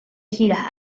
gira